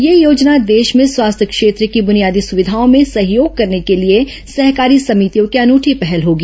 यह योजना देश में स्वास्थ्य क्षेत्र की बुनियादी सुविधाओं में सहयोग करने के लिए सहकारी समितियों की अनूठी पहल होगी